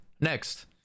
Next